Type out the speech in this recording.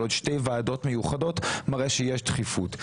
עוד שתי ועדות מיוחדות מראה שיש דחיפות.